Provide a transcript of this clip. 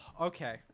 Okay